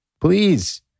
Please